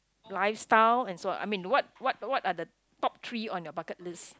lifestyle and so I mean what what what are the top three on your bucket list